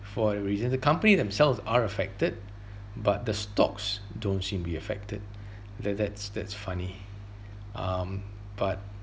for a reason the company themselves are affected but the stocks don't seem be affected that that's that's funny um but